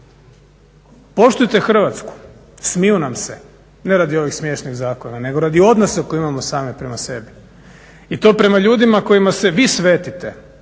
Poštujte Hrvatsku. Smiju nam se ne radi ovih smiješnih zakona, nego radi odnosa koje imamo sami prema sebi. I to prema ljudima kojima se vi svetite,